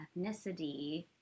ethnicity